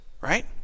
Right